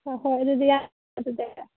ꯍꯣꯏ ꯍꯣꯏ ꯌꯥꯝ